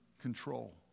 control